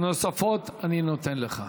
שלוש דקות נוספות אני נותן לך.